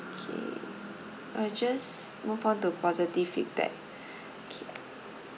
okay I just move on to positive feedback okay